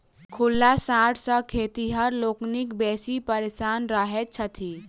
खुल्ला साँढ़ सॅ खेतिहर लोकनि बेसी परेशान रहैत छथि